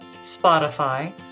Spotify